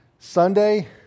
Sunday